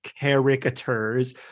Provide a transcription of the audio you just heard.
caricatures